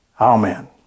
Amen